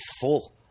full